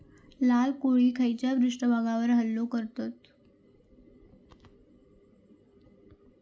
लाल कोळी खैच्या पृष्ठभागावर हल्लो करतत?